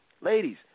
Ladies